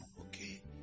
okay